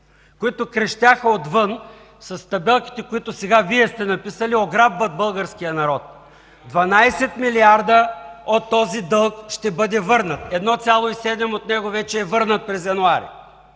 които крещяха отвън с табелките, които сега Вие сте написали: „Ограбват българския народ!” 12 милиарда от този дълг ще бъдат върнати! 1,7 от него вече е върнат през януари.